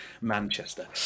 Manchester